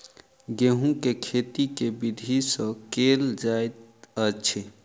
गेंहूँ केँ खेती केँ विधि सँ केल जाइत अछि?